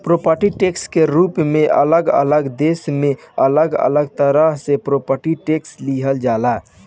property tax के रूप में अलग अलग देश में अलग अलग तरह से प्रॉपर्टी टैक्स लिहल जाला